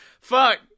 fuck